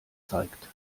zeigt